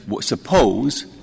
suppose